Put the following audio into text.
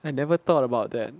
I never thought about that